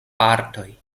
partoj